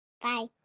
bye